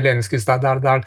zelenskis dar